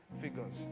figures